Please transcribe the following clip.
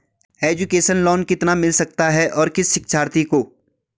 Education loan कितना मिल सकता है और किस शिक्षार्थी को?